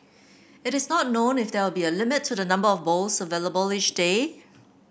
it is not known if there will be a limit to the number of bowls available each day